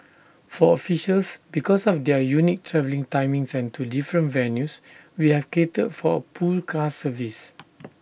for officials because of their unique travelling timings and to different venues we have catered for A pool car service